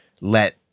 let